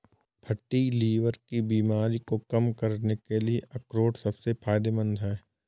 fatty liver की बीमारी को कम करने के लिए अखरोट सबसे फायदेमंद है